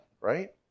right